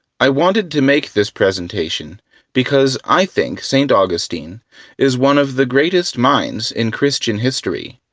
i wanted to make this presentation because i think st. augustine is one of the greatest minds in christian history,